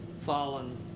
fallen